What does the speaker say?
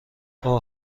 اوه